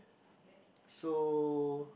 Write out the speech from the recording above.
so